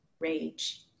rage